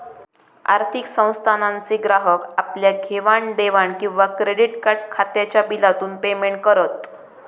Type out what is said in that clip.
आर्थिक संस्थानांचे ग्राहक आपल्या घेवाण देवाण किंवा क्रेडीट कार्ड खात्याच्या बिलातून पेमेंट करत